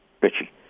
Richie